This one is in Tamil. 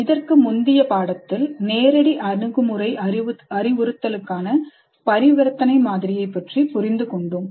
இதற்கு முந்தைய பாடத்தில் நேரடி அணுகுமுறை அறிவுறுத்தலுக்கான பரிவர்த்தனை மாதிரியை பற்றி புரிந்து கொண்டோம்